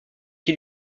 qui